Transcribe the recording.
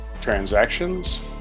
transactions